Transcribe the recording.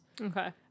Okay